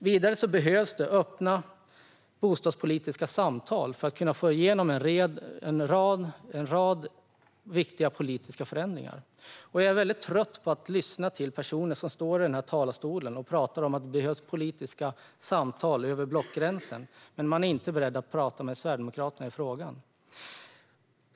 Vidare behövs det öppna bostadspolitiska samtal för att man ska kunna få igenom en rad viktiga politiska förändringar. Jag är väldigt trött på att lyssna till personer som står i denna talarstol och pratar om att det behövs politiska samtal över blockgränsen men som inte är beredda att prata med Sverigedemokraterna i frågan.